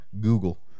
Google